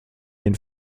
den